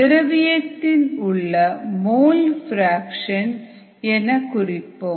திரவியத்தின் உள்ள mole fraction xALஎன குறிப்போம்